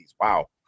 Wow